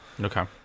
Okay